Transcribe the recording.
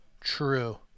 True